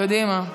קדימה.